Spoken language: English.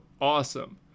awesome